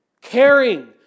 Caring